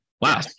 Wow